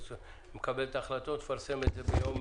שמקבל את ההחלטות שלו ומפרסם אותן ביום